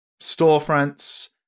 storefronts